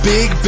Big